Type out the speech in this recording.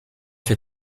fait